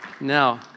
Now